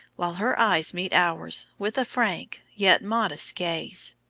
while her eyes meet ours with a frank yet modest gaze.